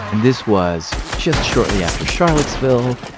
this was just shortly after charlottesville.